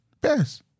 best